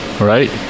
Right